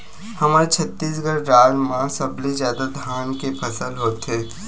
हमर छत्तीसगढ़ राज म सबले जादा धान के फसल होथे